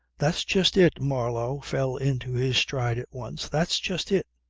that's just it. marlow fell into his stride at once. that's just it.